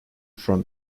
from